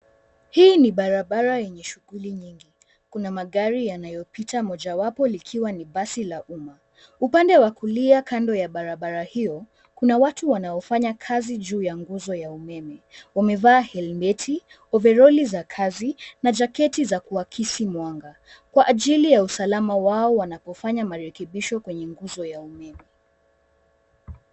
Hii ni barabara yenye shughuli nyingi. Kuna magari yanayopita mojawapo likiwa ni basi la umma. Upande wa kulia kando ya barabara hio, kuna watu wanaofanya kazi juu ya nguzo ya umeme. Wamevaa helmeti, overolli za kazi na jaketi za kuakisi mwanga, kwa ajili ya usalama wao wanapofanya marekebisho kwenye nguzo ya umeme.